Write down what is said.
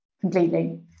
completely